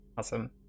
Awesome